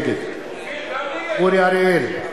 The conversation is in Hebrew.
נגד אורי אריאל,